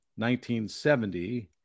1970